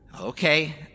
Okay